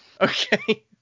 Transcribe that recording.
Okay